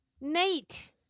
Nate